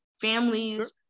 families